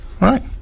Right